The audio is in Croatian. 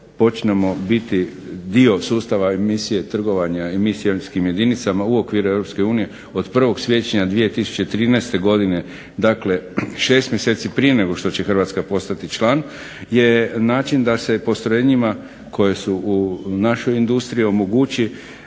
počnemo biti dio sustava emisije trgovanja… u okviru Europske unije od 1. siječnja 2013. godine, dakle šest mjeseci prije nego što će Hrvatska postati član, je način da se postrojenjima koje su u našoj industriji omogući